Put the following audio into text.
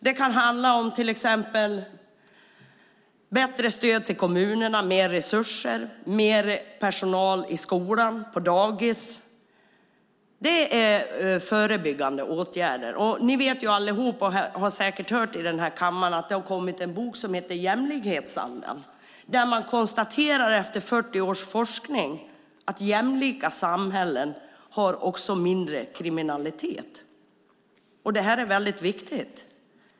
Det kan handla om till exempel bättre stöd till kommunerna, mer resurser och mer personal i skolan och på dagis. Det är förebyggande åtgärder. Alla ni här i kammaren har säkert hört att det har kommit en bok som heter Jämlikhetsanden . Där konstaterar man efter 40 års forskning att jämlika samhällen också har mindre kriminalitet. Detta är mycket viktigt.